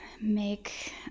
make